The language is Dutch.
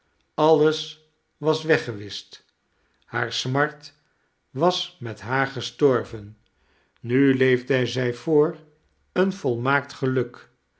alles was weggewischt hare smart was met haar gestorven nu leefde zij voor een volmaakt geluk